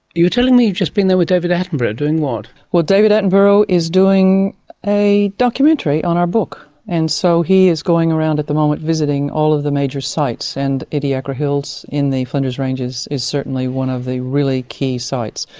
you're telling me you've just been there with david attenborough. doing what? david attenborough is doing a documentary on our book, and so he is going around at the moment visiting all of the major sites and the ediacara hills in the flinders ranges is certainly one of the really key sites.